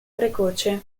precoce